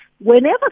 whenever